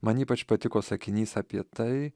man ypač patiko sakinys apie tai